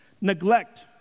Neglect